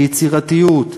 ביצירתיות,